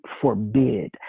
forbid